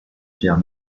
pierre